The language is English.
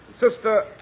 Sister